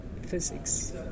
physics